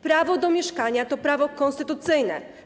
Prawo do mieszkania to prawo konstytucyjne.